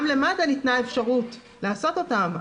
גם למד"א ניתנה אפשרות לעשות אותם,